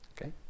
Okay